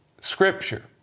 Scripture